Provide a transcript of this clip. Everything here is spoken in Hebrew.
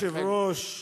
אדוני היושב-ראש,